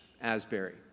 Asbury